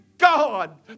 God